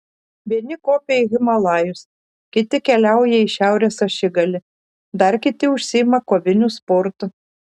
vieni kopia į himalajus kiti keliauja į šiaurės ašigalį dar kiti užsiima koviniu sportu